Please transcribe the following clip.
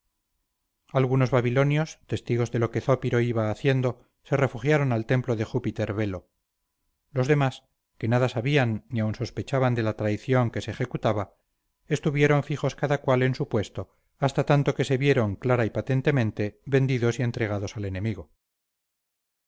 algunos babilonios testigos de lo que zópiro iba haciendo se refugiaron al templo de júpiter belo los demás que nada sabían ni aun sospechaban de la traición que se ejecutaba estuvieron fijos cada cual en su puesto hasta tanto que se vieron clara y patentemente vendidos y entregados al enemigo